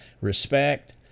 respect